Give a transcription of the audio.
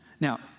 Now